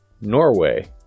Norway